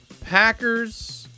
Packers